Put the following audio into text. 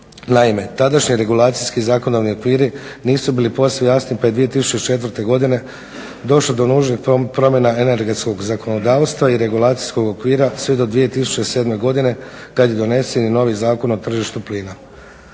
Naime, tadašnji regulacijski zakonodavni okviri nisu bili posve jasni pa je 2004. godine došlo do nužnih promjena energetskog zakonodavstva i regulacijskog okvira sve do 2007. godine kad je donesen i novi Zakon o tržištu plina.